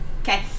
Okay